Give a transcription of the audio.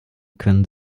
können